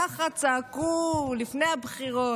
ככה צעקו לפני הבחירות,